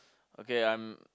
okay I'm